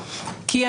כי,